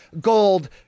gold